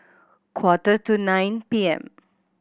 quarter to nine P M